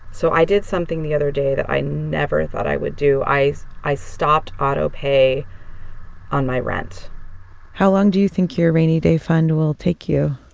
so i did something the other day that i never thought i would do. i i stopped autopay on my rent how long do you think your rainy day fund will take you?